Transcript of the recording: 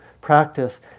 practice